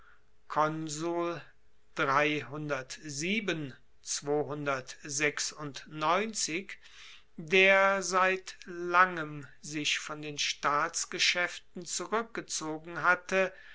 der seit langem sich von den staatsgeschaeften zurueckgezogen hatte